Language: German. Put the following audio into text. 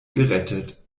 gerettet